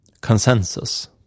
consensus